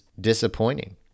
disappointing